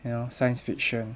you know science fiction